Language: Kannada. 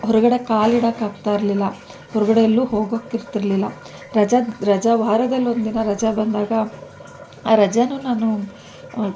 ಹೊರಗಡೆ ಕಾಲಿಡೋಕ್ಕಾಗ್ತ ಇರಲಿಲ್ಲ ಹೊರಗಡೆ ಎಲ್ಲೂ ಹೋಗೋಕ್ಕಿರ್ತಿರ್ಲಿಲ್ಲ ರಜಾ ರಜಾ ವಾರದಲ್ಲೊಂದು ದಿನ ರಜಾ ಬಂದಾಗ ಆ ರಜೆನೂ ನಾನು